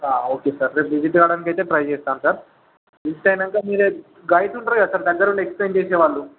ఆ okay sir రేపు visit అవ్వడానికి అయితే ట్రై చేస్తాను సార్ విజిట్ అయ్యాక మీరే గైడ్స్ ఉంటారు కదా సార్ దగ్గరుండి ఎక్స్ప్లేయిన్ చేసేవాళ్ళు